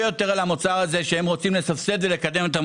יותר על המוצר הזה והם רוצים לסבסד ולקדם אותו.